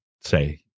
say